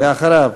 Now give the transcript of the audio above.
ואחריו,